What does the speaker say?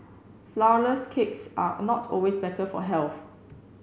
flour less cakes are not always better for health